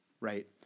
right